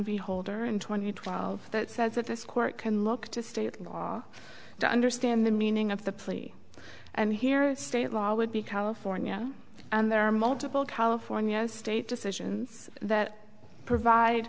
beholder and twenty twelve that says that this court can look to state law to understand the meaning of the plea and here are state law would be california and there are multiple california state decisions that provide